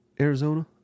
Arizona